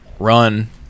run